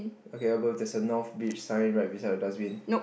okay above there's a north beach sign right beside the dustbin